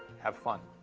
have fun.